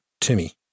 Timmy